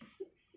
是